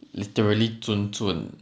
literally 准准